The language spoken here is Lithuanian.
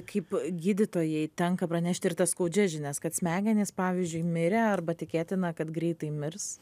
kaip gydytojai tenka pranešti ir tas skaudžias žinias kad smegenys pavyzdžiui mirę arba tikėtina kad greitai mirs